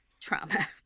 Trauma